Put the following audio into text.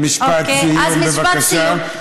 משפט סיום, בבקשה.